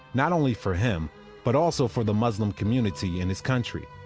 not only for him but also for the muslim community in his country.